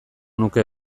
nuke